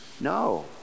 No